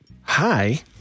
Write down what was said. Hi